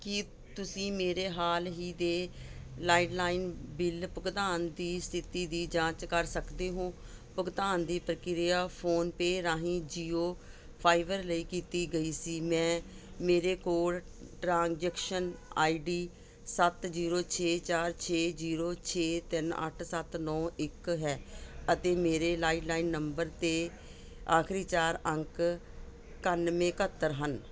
ਕੀ ਤੁਸੀਂ ਮੇਰੇ ਹਾਲ ਹੀ ਦੇ ਲੈਂਡਲਾਈਨ ਬਿੱਲ ਭੁਗਤਾਨ ਦੀ ਸਥਿਤੀ ਦੀ ਜਾਂਚ ਕਰ ਸਕਦੇ ਹੋ ਭੁਗਤਾਨ ਦੀ ਪ੍ਰਕਿਰਿਆ ਫੋਨਪੇ ਰਾਹੀਂ ਜੀਓ ਫਾਈਬਰ ਲਈ ਕੀਤੀ ਗਈ ਸੀ ਮੈਂ ਮੇਰੇ ਕੋਲ ਟ੍ਰਾਂਜੈਕਸ਼ਨ ਆਈਡੀ ਸੱਤ ਜੀਰੋ ਛੇ ਚਾਰ ਛੇ ਜੀਰੋ ਛੇ ਤਿੰਨ ਅੱਠ ਸੱਤ ਨੌਂ ਇੱਕ ਹੈ ਅਤੇ ਮੇਰੇ ਲੈਂਡਲਾਈਨ ਨੰਬਰ ਦੇ ਆਖਰੀ ਚਾਰ ਅੰਕ ਇਕਾਨਵੇਂ ਇਕਹੱਤਰ ਹਨ